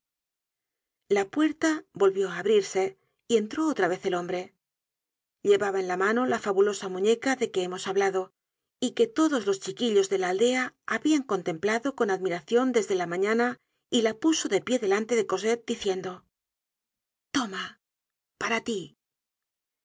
la puerta volvió á abrirse y entró otra vez el hombre llevaba en la manola fabulosa muñeca de que hemos hablado y que todos los chiquillos de la aldea habian contemplado con admiracion desde por la mañana y la puso de pie delante de cosette diciendo content from google book search generated at toma para tí